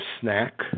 snack